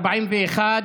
41,